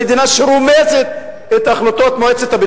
זו המדינה הכובשת היחידה.